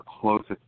closest